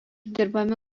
dirbami